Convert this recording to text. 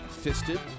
Fisted